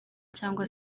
cyangwa